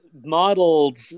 modeled